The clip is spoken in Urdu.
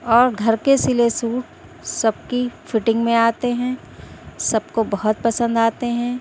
اور گھر كے سِلے سوٹ سب كى فٹنگ ميں آتے ہیں سب کو بہت پسند آتے ہیں